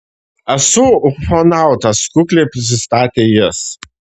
esu ufonautas kukliai prisistatė jis